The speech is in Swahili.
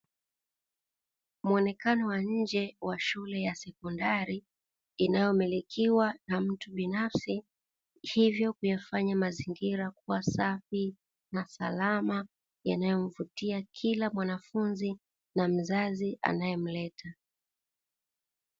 Mwonekano wa nje wa shule ya sekondari, inayomilikiwa na mtu binafsi. Hivyo kuyafanya mazingira kua safi na salama yanayomvutia kila mwanafunzi na mzazi anayemleta.